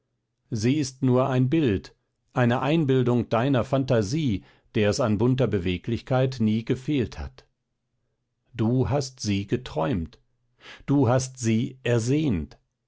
sie ist nur ein bild eine einbildung deiner phantasie der es an bunter beweglichkeit nie gefehlt hat du hast sie geträumt du hast sie ersehnt